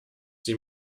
sie